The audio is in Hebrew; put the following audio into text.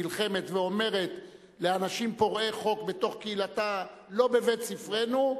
נלחמת ואומרת לאנשים פורעי חוק בתוך קהילתה: לא בבית-ספרנו,